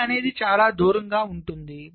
A అనేది చాలా దూరంగా ఉంది